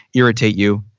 irritate you.